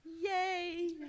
Yay